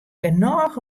genôch